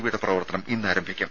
വിയുടെ പ്രവർത്തനം ഇന്ന് ആരംഭിക്കും